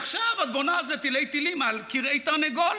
ועכשיו את בונה על זה תילי-תילים על כרעי תרנגולת.